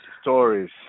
stories